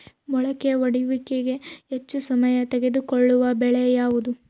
ಮೊಳಕೆ ಒಡೆಯುವಿಕೆಗೆ ಹೆಚ್ಚು ಸಮಯ ತೆಗೆದುಕೊಳ್ಳುವ ಬೆಳೆ ಯಾವುದು?